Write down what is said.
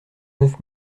neuf